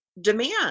demand